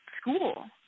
school